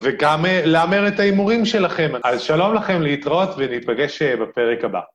וגם להמר את ההימורים שלכם. אז שלום לכם, להתראות, ונתפגש בפרק הבא.